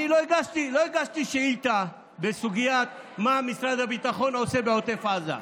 לא הגשתי שאילתה בסוגיית מה משרד הביטחון עושה בעוטף עזה.